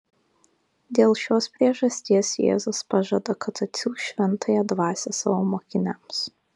dėl šios priežasties jėzus pažada kad atsiųs šventąją dvasią savo mokiniams